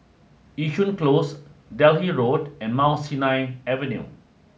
Yishun Close Delhi Road and Mount Sinai Avenue